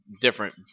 different